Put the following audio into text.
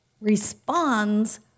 responds